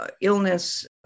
illness